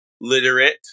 literate